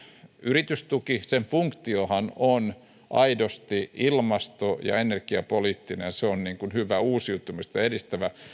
yritystuki sen funktiohan on aidosti ilmasto ja energiapoliittinen ja se on hyvä ja uusiutumista edistävä